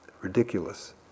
ridiculous